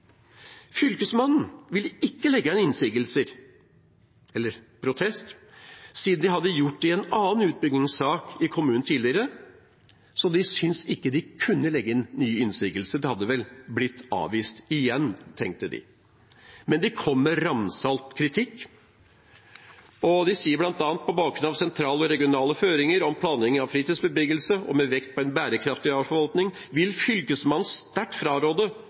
Fylkesmannen ville ikke legge inn innsigelser, eller protest, siden de hadde gjort det i en annen utbyggingssak i kommunen tidligere. De syntes ikke de kunne legge inn nye innsigelser – det hadde vel blitt avvist igjen, tenkte de. Men de kom med ramsalt kritikk. De sier bl.a.: «På bakgrunn av sentrale og regionale føringer om planlegging av fritidsbebyggelse og med vekt på en bærekraftig arealforvaltning, vil Fylkesmannen sterkt